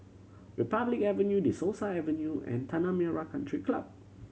Republic Avenue De Souza Avenue and Tanah Merah Country Club